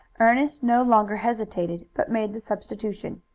ernest no longer hesitated, but made the substitution.